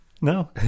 No